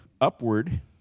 Upward